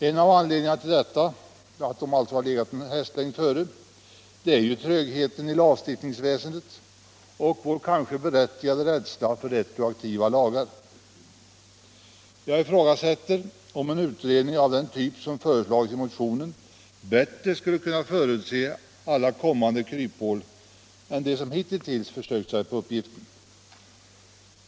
En av anledningarna till detta är trögheten i lagstiftningsväsendet och vår kanske berättigade rädsla för retroaktiva lagar. Jag ifrågasätter om en utredning av den typ som föreslagits i motionen bättre skulle kunna förutse alla tänkbara kryphål än de utredningar som 61 hitintills försökt sig på den uppgiften.